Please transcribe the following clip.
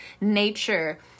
nature